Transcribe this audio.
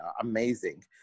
amazing